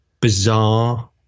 bizarre